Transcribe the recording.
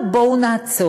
הוא: בואו נעצור,